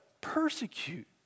Persecute